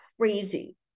crazy